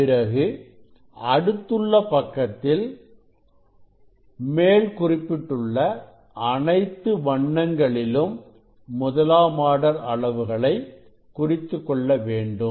பிறகு அடுத்துள்ள பக்கத்தில் மேல் குறிப்பிட்டுள்ள அனைத்து வண்ணங்களிலும் முதலாம் ஆர்டர் அளவுகளை குறித்துக் கொள்ள வேண்டும்